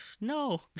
no